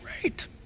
great